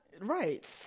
right